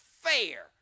fair